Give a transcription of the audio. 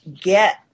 get